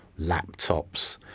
laptops